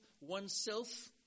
oneself